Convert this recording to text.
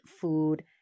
food